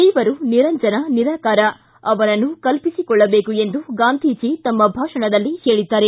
ದೇವರು ನಿರಂಜನ ನಿರಾಕಾರ ಅವನನ್ನು ಕಲ್ಪಿಸಿಕೊಳ್ಳಬೇಕು ಎಂದು ಗಾಂಧೀಜಿ ತಮ್ಮ ಭಾಷಣದಲ್ಲಿ ಹೇಳಿದ್ದಾರೆ